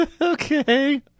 Okay